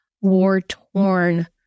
war-torn